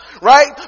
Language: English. right